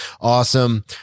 awesome